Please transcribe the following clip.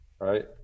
right